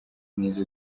neza